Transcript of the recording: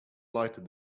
lighted